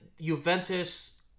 Juventus